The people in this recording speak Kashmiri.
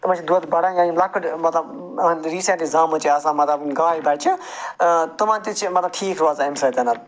تِمَن چھِ دۄد بَڑان یا یِم لۄکٕٹۍ مَطلَب ریٖسٮ۪نٛٹلی زامٕتۍ چھِ آسان مَطلَب گاے بَچہٕ تِمَن تہِ چھِ مَطلَب ٹھیٖک روزان اَمہِ سۭتنٮ۪ن